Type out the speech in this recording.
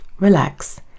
relax